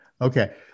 okay